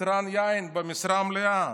יצרן יין במשרה מלאה,